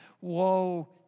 Woe